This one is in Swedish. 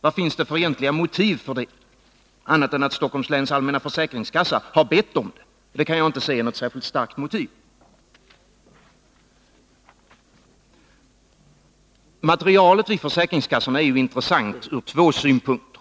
Vilka egentliga motiv finns härför, annat än att Stockholms läns allmänna försäkringskassa har bett om det? Jag anser inte att det är ett särskilt starkt motiv. Materialet vid försäkringskassorna är intressant ur två synpunkter.